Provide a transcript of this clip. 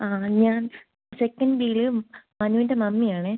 ആ ഞാൻ സെക്കൻഡ് ബിയിൽ മനുവിൻ്റെ മമ്മി ആണേ